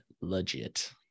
legit